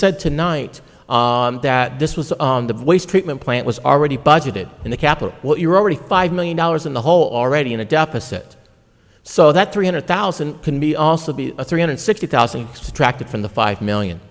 said tonight that this was the voice treatment plant was already budgeted in the capital what you're already five million dollars in the hole already in a deficit so that three hundred thousand can be also be a three hundred sixty thousand extract from the five million